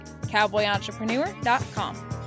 cowboyentrepreneur.com